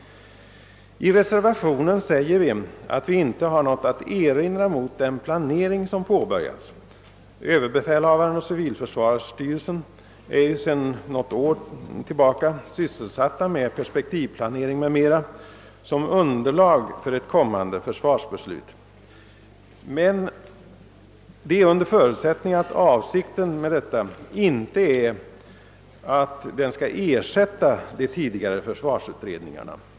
I reservationen säger vi att vi inte har något att erinra mot den planering som påbörjats — överbefälhavaren och civilförsvarsstyrelsen är sedan något år sysselsatta med perspektivplanering m.m. som underlag för ett kommande försvarsbeslut — men det är under förutsättning att avsikten med detta inte är att den skall ersätta de tidigare försvarsutredningarna.